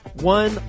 One